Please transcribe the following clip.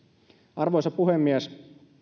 arvoisa puhemies